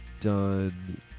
done